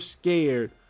scared